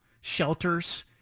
shelters